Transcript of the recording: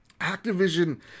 Activision